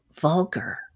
vulgar